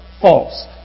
false